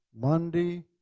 Monday